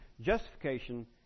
Justification